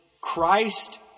Christ